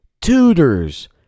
tutors